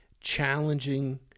challenging